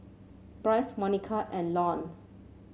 Brice Monika and Lon